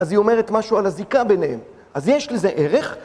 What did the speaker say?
אז היא אומרת משהו על הזיקה ביניהם. אז יש לזה ערך.